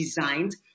designed